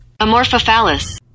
Amorphophallus